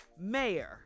mayor